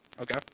Okay